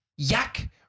Yuck